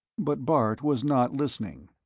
but bart was not listening.